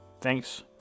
Thanks